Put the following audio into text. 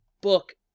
book